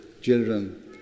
children